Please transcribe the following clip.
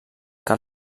que